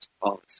policy